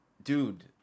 Dude